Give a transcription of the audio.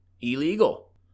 illegal